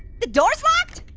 the door's locked?